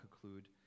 conclude